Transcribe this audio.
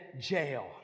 jail